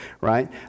right